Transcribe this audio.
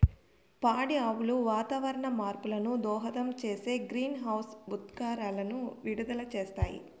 పాడి ఆవులు వాతావరణ మార్పులకు దోహదం చేసే గ్రీన్హౌస్ ఉద్గారాలను విడుదల చేస్తాయి